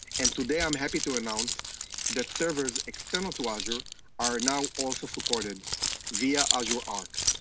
and today i'm happy to announce that servers external to azure are now also supported via azure arc,